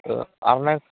औ आरनाइ